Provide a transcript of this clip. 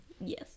Yes